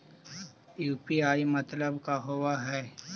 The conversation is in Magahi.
यु.पी.आई मतलब का होब हइ?